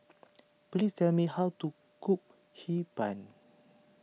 please tell me how to cook Hee Pan